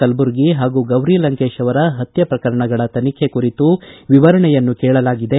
ಕಲಬುರ್ಗಿ ಹಾಗೂ ಗೌರಿ ಲಂಕೇಶ್ ಅವರ ಪತ್ಯ ಪ್ರಕರಣಗಳ ತನಿಖೆ ಕುರಿತು ವಿವರಣೆಯನ್ನು ಕೇಳಲಾಗಿದೆ